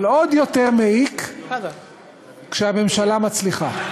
אבל עוד יותר מעיק כשהממשלה מצליחה.